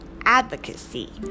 advocacy